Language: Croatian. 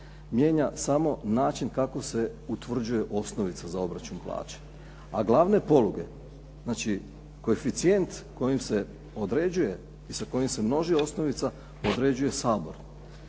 mijenja samo način kako se utvrđuje osnovica za obračun plaće, a glavne poluge znači koeficijent kojim se određuje i sa kojim se množi osnovica određuje Sabor.Masu